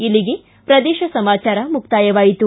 ಇಲ್ಲಿಗೆ ಪ್ರದೇಶ ಸಮಾಚಾರ ಮುಕ್ತಾಯವಾಯಿತು